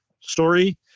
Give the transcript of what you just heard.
story